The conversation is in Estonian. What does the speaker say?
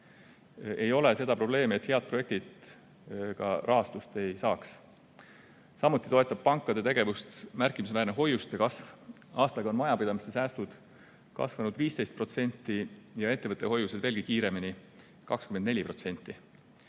Ei ole seda probleemi, et head projektid rahastust ei saaks. Samuti toetab pankade tegevust märkimisväärne hoiuste kasv. Aastaga on majapidamiste säästud kasvanud 15% ja ettevõtete hoiused veelgi kiiremini, 24%.